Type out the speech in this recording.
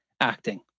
acting